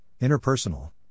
interpersonal